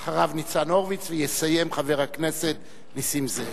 אחריו, ניצן הורוביץ, ויסיים חבר הכנסת נסים זאב.